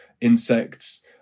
insects